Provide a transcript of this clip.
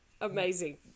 Amazing